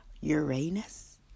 Uranus